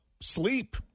sleep